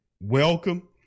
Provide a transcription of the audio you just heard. welcome